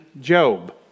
Job